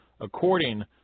according